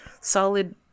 solid